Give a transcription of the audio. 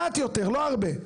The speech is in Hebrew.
מעט יותר, לא הרבה.